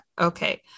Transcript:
Okay